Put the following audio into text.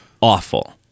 awful